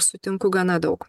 sutinku gana daug